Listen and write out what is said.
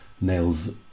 nails